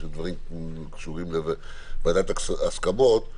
של דברים שקשורים לוועדת ההסכמות,